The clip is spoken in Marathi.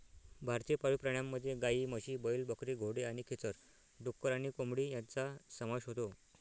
भारतीय पाळीव प्राण्यांमध्ये गायी, म्हशी, बैल, बकरी, घोडे आणि खेचर, डुक्कर आणि कोंबडी यांचा समावेश होतो